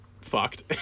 fucked